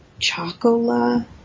Chocola